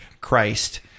christ